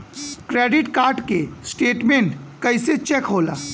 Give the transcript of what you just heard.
Credit card के statement कइसे check होला?